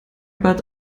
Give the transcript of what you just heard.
but